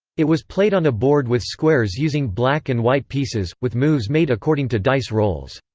it was played on a board with squares using black and white pieces, with moves made according to dice rolls.